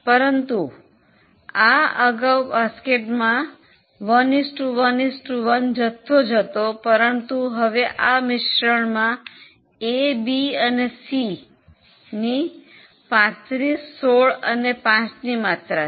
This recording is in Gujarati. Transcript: પરંતુ અગાઉ આ બાસ્કેટમાં 1 1 1 જથ્થો જ હતો પરંતુ હવે આ મિશ્રણમાં એ બી અને સીની 35 16 અને 5 માત્રા છે